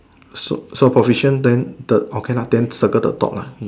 so so proficient then circle the top lah ya